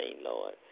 Lord